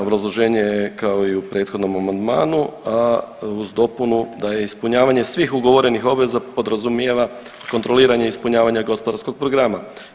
Obrazloženje je kao i u prethodnom amandmanu, a uz dopunu da je ispunjavanje svih ugovorenih obveza podrazumijeva kontroliranje ispunjavanja gospodarskog programa.